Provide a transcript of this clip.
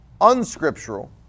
unscriptural